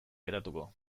geratuko